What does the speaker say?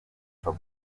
for